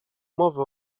mowy